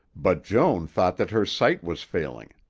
but joan thought that her sight was failing.